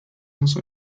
onze